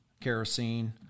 kerosene